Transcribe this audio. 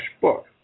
book